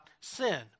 sin